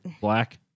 Black